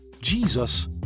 Jesus